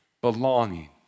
belonging